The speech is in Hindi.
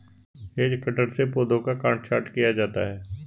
हेज कटर से पौधों का काट छांट किया जाता है